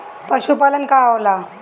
पशुपलन का होला?